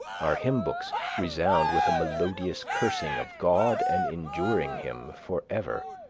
our hymn-books resound with a melodious cursing of god and enduring him forever.